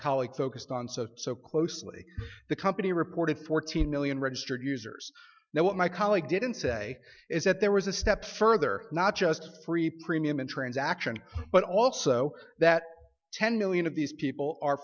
colleague focused on so so closely the company reported fourteen million registered users now what my colleague didn't say is that there was a step further not just free premium and transaction but also that ten million of these people are